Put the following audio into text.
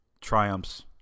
triumphs